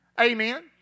Amen